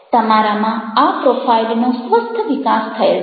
તમારામાં આ પ્રોફાઇલનો સ્વસ્થ વિકાસ થયેલ છે